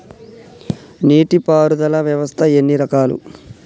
నీటి పారుదల వ్యవస్థ ఎన్ని రకాలు?